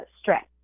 stress